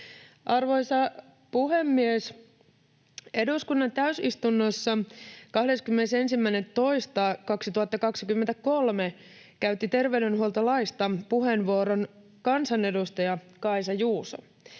Arvoisa puhemies! Eduskunnan täysistunnossa 21.2.2023 käytti terveydenhuoltolaista puheenvuoron kansanedustaja Kaisa Juuso.